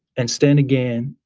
and stand again,